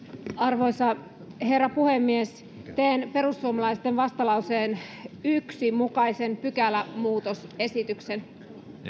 arvoisa herra puhemies teen perussuomalaisten vastalauseen yhden mukaisen pykälämuutosesityksen